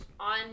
On